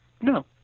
No